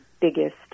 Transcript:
biggest